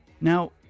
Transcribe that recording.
Now